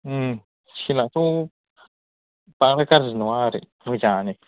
सिलाथ' दालाय गाज्रि नङा आरो मोजाङानो